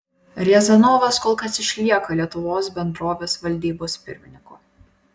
riazanovas kol kas išlieka lietuvos bendrovės valdybos pirmininku